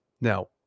now